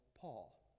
Paul